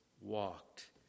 walked